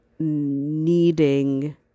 needing